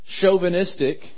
chauvinistic